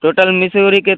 total ମିଶିକରି କେତେ